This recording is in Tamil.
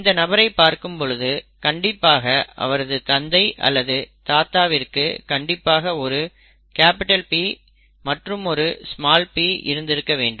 இந்த நபரை பார்க்கும் பொழுது கண்டிப்பாக அவரது தந்தை அல்லது தாத்தாவிற்கு கண்டிப்பாக ஒரு P மற்றுமொரு p இருந்திருக்க வேண்டும்